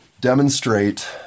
demonstrate